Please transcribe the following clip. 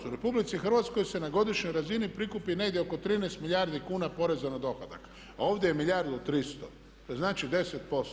U RH se na godišnjoj razini prikupi negdje oko 13 milijardi kuna poreza na dohodak a ovdje je milijardu i 300, to je znači 10%